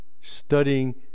studying